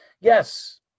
Yes